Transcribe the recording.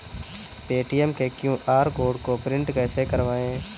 Paytm के QR code को print कैसे करवाएँ?